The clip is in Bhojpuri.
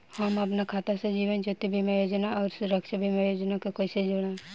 हम अपना खाता से जीवन ज्योति बीमा योजना आउर सुरक्षा बीमा योजना के कैसे जोड़म?